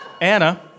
Anna